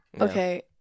okay